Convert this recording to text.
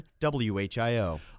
WHIO